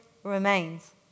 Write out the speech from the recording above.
Remains